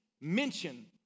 mention